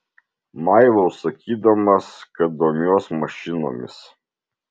maivaus sakydamas kad domiuos mašinomis